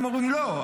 הם אומרים: לא.